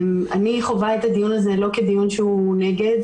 אני חווה את הדיון הזה לא כדיון שהוא נגד,